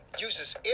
uses